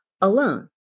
alone